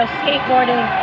skateboarding